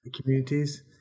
communities